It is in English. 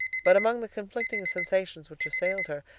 but among the conflicting sensations which assailed her,